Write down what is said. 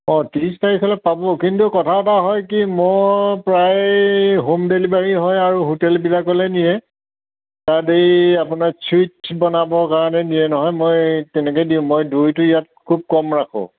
অঁ ত্ৰিচ তাৰিখলৈ পাব কিন্তু কথা এটা হয় কি মই প্ৰায় হোম ডেলিভাৰী হয় আৰু হোটেলবিলাকলৈ নিয়ে তাহাতি আপোনাৰ ছুইটছ বনাবৰ কাৰণে নিয়ে নহয় মই তেনেকৈ দিওঁ মই দৈটো ইয়াত খুব কম ৰাখোঁ